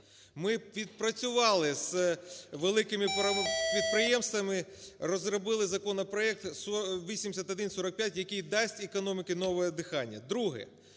Ми відпрацювали з великими підприємствами, розробили законопроект 8145, який дасть економіці нове дихання.